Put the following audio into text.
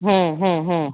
હમ હમ હમ